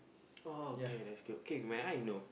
oh okay that's good okay may I know